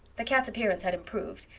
the cat's appearance had improved.